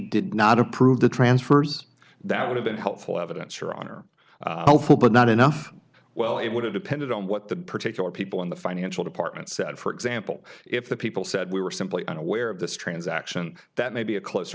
did not approve the transfers that would have been helpful evidence your honor but not enough well it would have depended on what the particular people in the financial department said for example if the people said we were simply unaware of this transaction that may be a closer